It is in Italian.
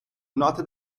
note